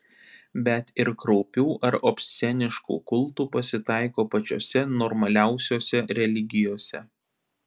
bet ir kraupių ar obsceniškų kultų pasitaiko pačiose normaliausiose religijose